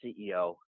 CEO